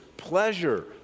pleasure